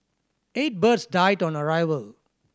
eight birds died on the arrival